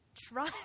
Try